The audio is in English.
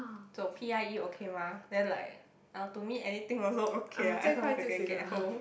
so p_i_e okay mah then like uh to me anything also okay ah as long as I can get home